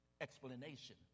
explanation